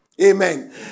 Amen